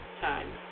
time